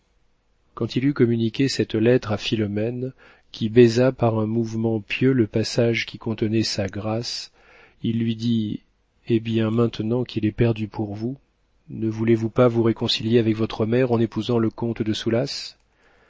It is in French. quand il eut communiqué cette lettre à philomène qui baisa par un mouvement pieux le passage qui contenait sa grâce il lui dit eh bien maintenant qu'il est perdu pour vous ne voulez-vous pas vous réconcilier avec votre mère en épousant le comte de soulas